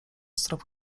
strop